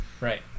Right